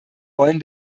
wollen